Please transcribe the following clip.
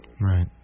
Right